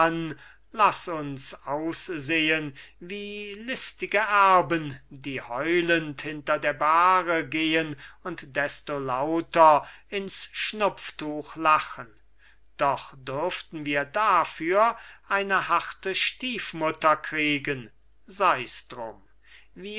laß uns aus sehen wie listige erben die heulend hinter der bahre gehen und desto lauter ins schnupftuch lachen doch dürften wir dafür eine harte stiefmutter kriegen seis drum